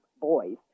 boys